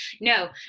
no